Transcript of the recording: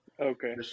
Okay